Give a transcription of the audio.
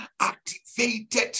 activated